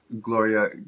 gloria